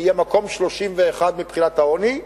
נהיה במקום 31 מבחינת העוני,